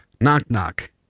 knock-knock